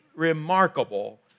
remarkable